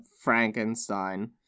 Frankenstein